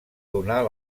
donar